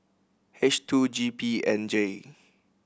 H two G P N J